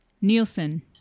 Nielsen